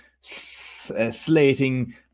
slating